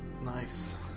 Nice